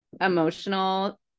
emotional